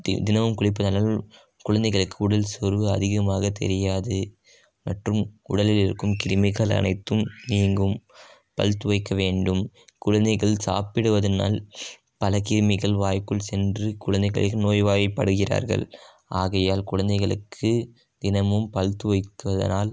தினமும் குளிப்பதனால் குழந்தைகளுக்கு உடல் சோர்வு அதிகமாக தெரியாது மற்றும் உடலில் இருக்கும் கிருமிகள் அனைத்தும் நீங்கும் பல் துலக்க வேண்டும் குழந்தைகள் சாப்பிடுவதனால் பல கிருமிகள் வாய்க்குள் சென்று குழந்தைகளை நோய் வாய்ப்படுகிறார்கள் ஆகையால் குழந்தைகளுக்கு தினமும் பல் துலக்குவதனால்